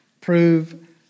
prove